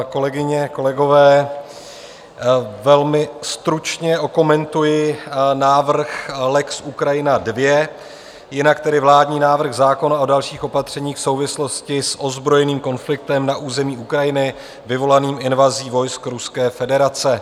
Kolegyně, kolegové, velmi stručně okomentuji návrh lex Ukrajina II, jinak tedy vládní návrh zákona o dalších opatřeních v souvislosti s ozbrojeným konfliktem na území Ukrajiny vyvolaným invazí vojsk Ruské federace.